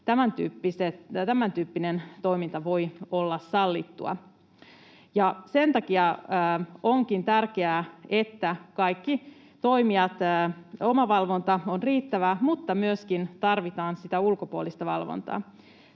tämäntyyppinen toiminta voi olla sallittua. Sen takia onkin tärkeää, että omavalvonta on riittävää, mutta tarvitaan myöskin sitä ulkopuolista valvontaa.